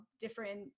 different